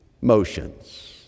motions